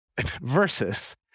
versus